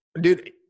Dude